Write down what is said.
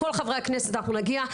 כל חבר הכנסת אנחנו נגיע.